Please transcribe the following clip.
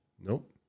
Nope